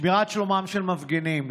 שמירת שלומם של מפגינים,